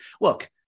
look